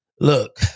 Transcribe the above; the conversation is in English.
look